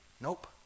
Nope